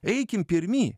eikim pirmi